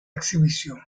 exhibición